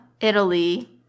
Italy